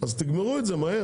אז תגמרו את זה מהר.